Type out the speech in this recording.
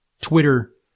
Twitter